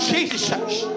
Jesus